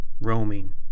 roaming